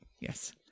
yes